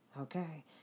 Okay